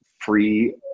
free